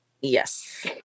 Yes